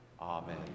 Amen